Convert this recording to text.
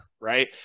right